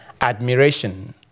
admiration